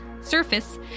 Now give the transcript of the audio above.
Surface